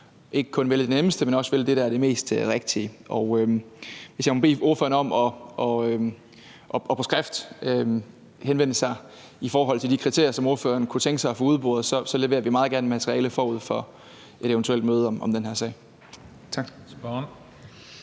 ikke kun at vælge det nemmeste, men også at vælge det, der er det mest rigtige. Og hvis jeg må bede ordføreren om på skrift at henvende sig i forhold til de kriterier, som ordføreren kunne tænke sig at få udboret, så leverer vi meget gerne materiale forud for et eventuelt møde om den her sag.